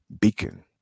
beacon